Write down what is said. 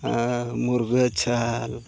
ᱟᱨ ᱢᱩᱨᱜᱟᱹ ᱪᱷᱟᱞ